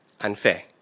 unfair